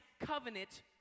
covenant